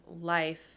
life